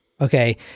Okay